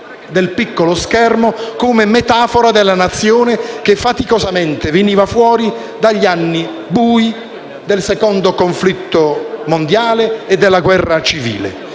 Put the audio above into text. del piccolo schermo come metafora della Nazione che faticosamente veniva fuori dagli anni bui del Secondo conflitto mondiale e della guerra civile;